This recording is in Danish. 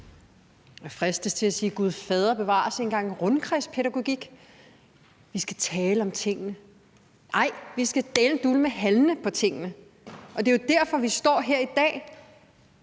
Jeg fristes til at sige: Gud fader bevares for en gang rundkredspædagogik! Vi skal tale om tingene – nej, vi skal dælen dulme handle på tingene, og det er jo derfor, vi står her i dag.